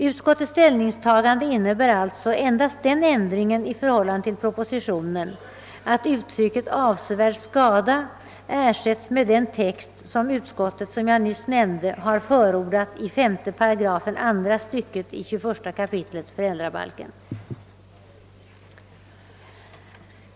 Utskottets ställningstagande innebär alltså endast den ändringen i förhållande till propositionen att uttrycket »avsevärd skada» ersätts med den text som utskottet, som jag nyss nämnde, har förordat i 58 andra stycket i 21 kap. föräldrabalken.